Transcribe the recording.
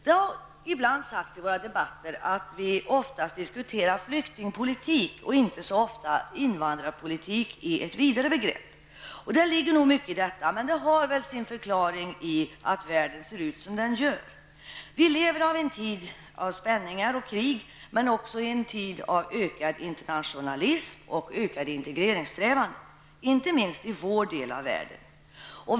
Det har ibland sagts i våra debatter att vi oftast diskuterar flyktingpolitik och inte invandrarpolitik i ett vidare begrepp. Det ligger mycket i detta, men det har nog sin förklaring i att världen ser ut som den gör. Vi lever i en tid av spänningar och krig men också i en tid av ökad internationalism och ökade integreringssträvanden, inte minst i vår del av världen.